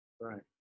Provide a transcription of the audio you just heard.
Right